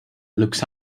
looks